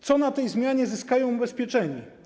Co na tej zmianie zyskają ubezpieczeni?